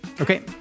Okay